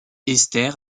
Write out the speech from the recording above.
esther